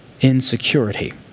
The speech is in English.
insecurity